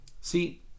see